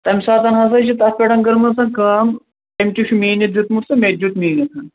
تمہِ ساتن ہسا چھِ تتھ پٮ۪ٹھ کٔرمٕژ کٲم أمۍ تہِ چھُ میٖنتھ دیُتمُت تہٕ مےٚ تہِ دیُتمُت میٖنتھ تن